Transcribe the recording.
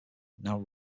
now